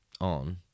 on